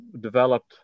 developed